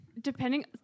depending